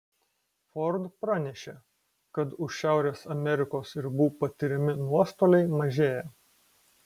ford pranešė kad už šiaurės amerikos ribų patiriami nuostoliai mažėja